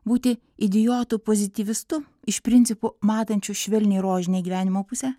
būti idiotu pozityvistu iš principo matančiu švelniai rožinę gyvenimo pusę